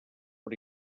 per